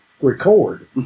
record